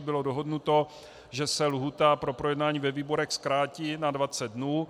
Bylo dohodnuto, že se lhůta pro projednání ve výborech zkrátí na 20 dnů.